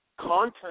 content